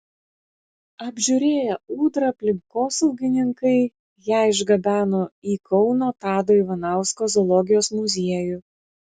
apžiūrėję ūdrą aplinkosaugininkai ją išgabeno į kauno tado ivanausko zoologijos muziejų